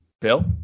Bill